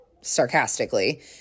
sarcastically